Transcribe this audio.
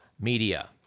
media